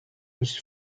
was